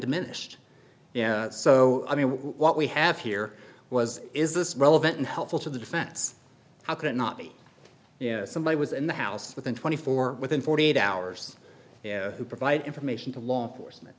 diminished yeah so i mean what we have here was is this relevant and helpful to the defense how could it not be you know somebody was in the house within twenty four within forty eight hours who provide information to law enforcement